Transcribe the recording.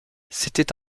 c’était